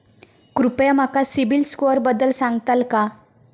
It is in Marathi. कृपया माका सिबिल स्कोअरबद्दल सांगताल का?